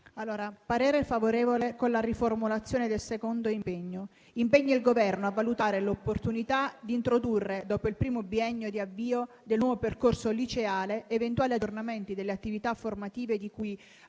parere favorevole, previa riformulazione del secondo impegno come segue: «impegna il Governo: a valutare l'opportunità di introdurre, dopo il primo biennio di avvio del nuovo percorso liceale, eventuali aggiornamenti delle attività formative, di cui